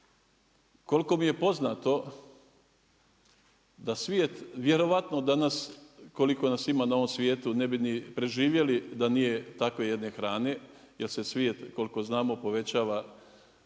Koliko mi je poznato, da svijet vjerovatno danas koliko nas ima na ovom svijetu ne bi ni preživjeli da nije takve jedne hrane, jer se svijet koliko znamo povećava,